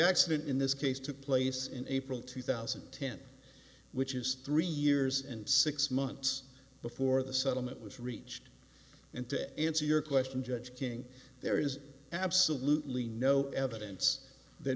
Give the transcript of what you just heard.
accident in this case took place in april two thousand and ten which is three years and six months before the settlement was reached and to answer your question judge king there is absolutely no evidence that